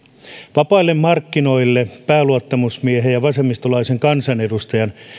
vapaille markkinoille pääluottamusmiehen ja vasemmistolaisen kansanedustajan